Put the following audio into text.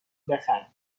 بخره